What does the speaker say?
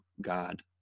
God